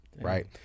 right